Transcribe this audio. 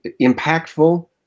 impactful